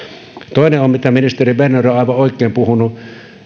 toinen mistä ministeri berner on aivan oikein puhunut